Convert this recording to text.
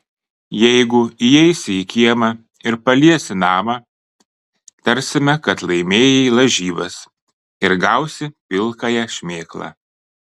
jeigu įeisi į kiemą ir paliesi namą tarsime kad laimėjai lažybas ir gausi pilkąją šmėklą